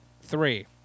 three